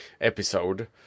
episode